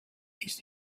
ist